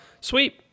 Sweet